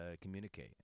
communicate